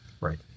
right